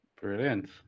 Brilliant